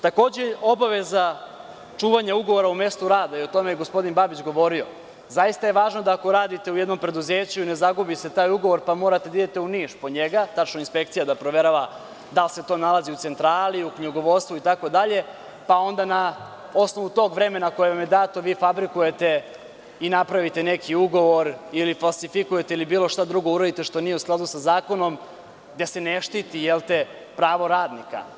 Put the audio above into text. Takođe, obaveza čuvanja ugovora u mestu rada, o tome je i gospodin Babić govorio, zaista je važno da ako radite u jednom preduzeću i zagubi se taj ugovor, pa morate da idete u Niš po njega, tačnije inspekcija da proverava da li se to nalazi u centrali, u knjigovodstvu itd, pa onda na osnovu tog vremena koje vam je dato vi fabrikujete i napravite neki ugovor ili falsifikujete ili bilo šta drugo uradite što nije u skladu sa zakonom gde se ne štitipravo radnika.